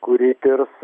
kuri tirs